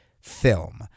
film